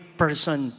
person